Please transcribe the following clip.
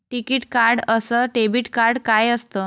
टिकीत कार्ड अस debit card काय असत?